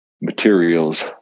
materials